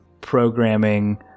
programming